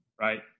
right